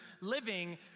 living